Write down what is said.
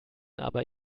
aber